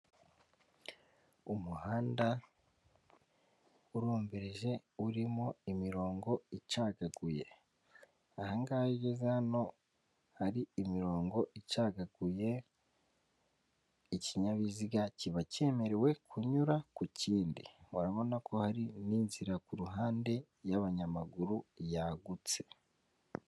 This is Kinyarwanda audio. Umuhanda urombereje urimo imirongo icagaguye ahangaha iyo ugeze hano hari imirongo icagaguye ikinyabiziga kiba cyemerewe kunyura ku kindi, urabona ko hari n'inzira kuhande y'abanyamaguru yagutse.